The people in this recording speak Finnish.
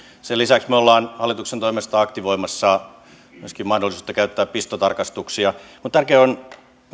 sen lisäksi me olemme hallituksen toimesta aktivoimassa myöskin mahdollisuutta käyttää pistotarkastuksia mutta tärkeää on